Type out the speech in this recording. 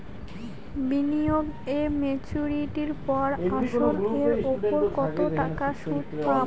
বিনিয়োগ এ মেচুরিটির পর আসল এর উপর কতো টাকা সুদ পাম?